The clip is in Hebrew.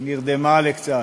היא נרדמה קצת.